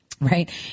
right